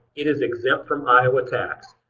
it is exempt from iowa tax.